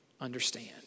understand